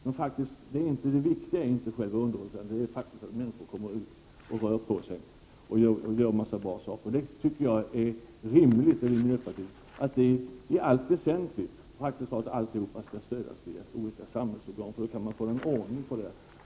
Men det viktiga är faktiskt inte själva underhållningsvärdet, utan att människor kommer ut och rör på sig och gör en massa bra saker. Miljöpartiet tycker att det är rimligt att praktiskt taget alltsammans skall stödjas via olika samhällsorgan. Då kan man få någon ordning.